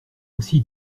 aussi